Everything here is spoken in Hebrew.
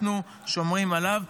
אנחנו שומרים עליו.